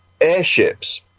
airships